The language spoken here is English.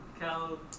Cal